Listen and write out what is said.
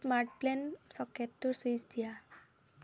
smart plain ছকেটটোৰ switch দিয়া